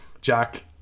Jack